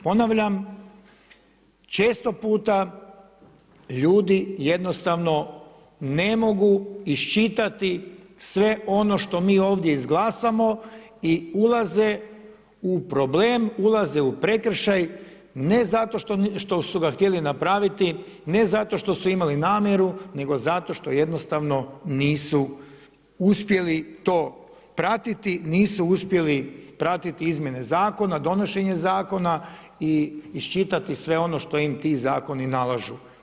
Ponavljam, često puta ljudi jednostavno ne mogu iščitati sve ono što mi ovdje izglasamo i ulaze u problem, ulaze u prekršaj ne zato što su ga htjeli napraviti, ne zato što su imali namjeru nego zato što jednostavno nisu uspjeli to pratiti, nisu uspjeli pratiti izmjene zakona, donošenje zakona i iščitati sve ono što im ti zakoni nalažu.